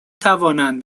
توانند